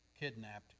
kidnapped